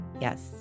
Yes